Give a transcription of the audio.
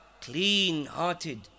clean-hearted